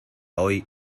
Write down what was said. hoy